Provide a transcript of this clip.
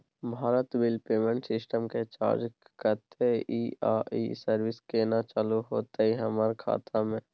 Bharat bill payment system के charge कत्ते इ आ इ सर्विस केना चालू होतै हमर खाता म?